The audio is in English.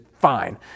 fine